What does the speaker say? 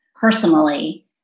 personally